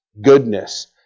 Goodness